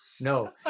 No